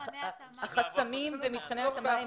יש מחסור באחיות --- החסמים במבחני ההתאמה,